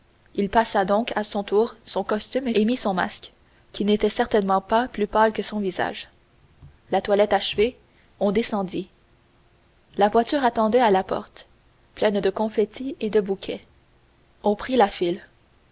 il passa donc à son tour son costume et mit son masque qui n'était certainement pas plus pâle que son visage la toilette achevée on descendit la voiture attendait à la porte pleine de confetti et de bouquets on prit la file